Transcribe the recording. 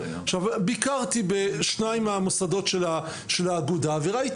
ביקרתי בשניים מהמוסדות של האגודה וראיתי